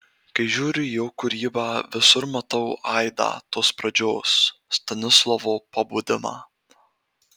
kai žiūriu į jo kūrybą visur matau aidą tos pradžios stanislovo pabudimą